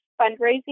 fundraising